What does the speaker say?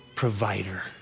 Provider